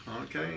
Okay